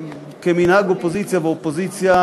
כמנהג אופוזיציה באופוזיציה,